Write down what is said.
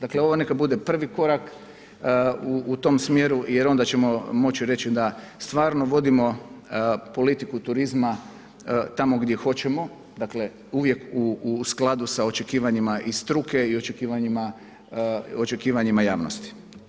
Dakle ovo neka bude prvi korak u tom smjeru jer onda ćemo moći reći da stvarno vodimo politiku turizma, tamo gdje hoćemo, dakle uvijek u skladu sa očekivanjima i struke i očekivanjima javnosti.